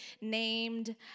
named